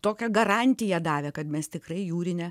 tokią garantiją davė kad mes tikrai jūrinė